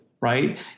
right